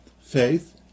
Faith